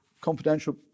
confidential